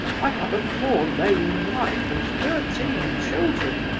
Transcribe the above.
i have a poor lame wife and thirteen children.